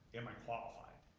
am i qualified?